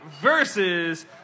versus